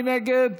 מי נגד?